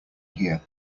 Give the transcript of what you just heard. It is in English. here